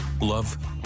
Love